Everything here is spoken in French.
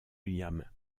william